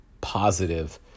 positive